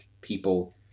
people